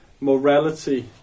morality